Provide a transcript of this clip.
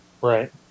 Right